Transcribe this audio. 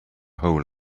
hole